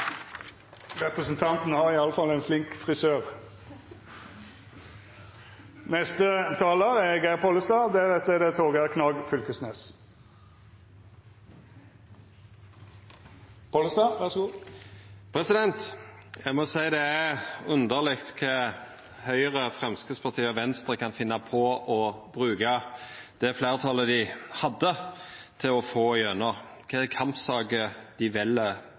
Representanten har i alle fall ein flink frisør. Eg må seia det er underleg at Høgre, Framstegspartiet og Venstre kan finna på å bruka det fleirtalet dei hadde, til å få igjennom kampsaker dei